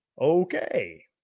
Okay